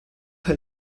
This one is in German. weil